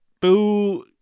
Boo